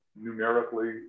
numerically